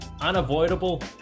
unavoidable